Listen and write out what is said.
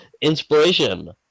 Inspiration